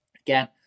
Again